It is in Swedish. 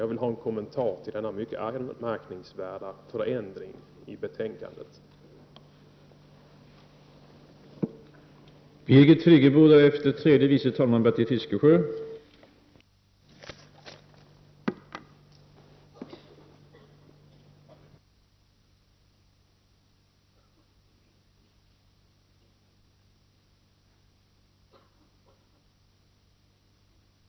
Jag vill ha en kommentar till denna mycket anmärkningsvärda ändring i betänkandet, Olle Svensson.